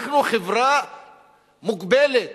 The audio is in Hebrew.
אנחנו חברה מוגבלת,